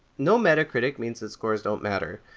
no metacritic means that scores don't matter,